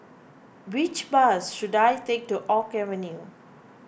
which bus should I take to Oak Avenue